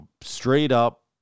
straight-up